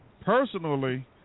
personally